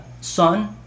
sun